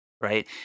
right